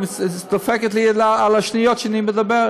היא דופקת לי על השניות כשאני מדבר.